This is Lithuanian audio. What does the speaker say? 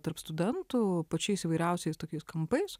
tarp studentų pačiais įvairiausiais tokiais kampais